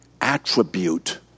attribute